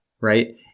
right